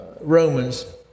Romans